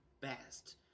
best